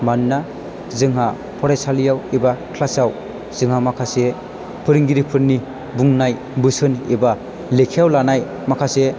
मानोना जोंहा फरायसालियाव एबा क्लास आव जोंहा माखासे फोरोंगिरिफोरनि बुंनाय बोसोन एबा लेखायाव लानाय माखासे